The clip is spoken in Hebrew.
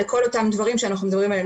לכל אותם דברים שאנחנו מדברים עליהם.